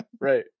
Right